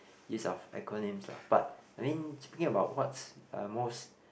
use of acronyms lah but I mean speaking about what's uh most